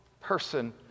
person